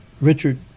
Richard